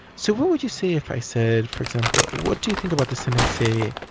so what would you say if i said for example what do you think about this sentence say,